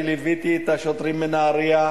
אני ליוויתי את השוטרים מנהרייה